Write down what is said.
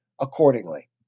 accordingly